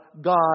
God